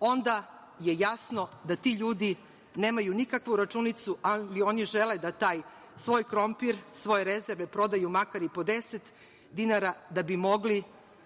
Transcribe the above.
onda je jasno da ti ljudi nemaju nikakvu računicu, ali oni žele da taj svoj krompir, svoje rezerve prodaju makar i po 10 dinara, da bi mogle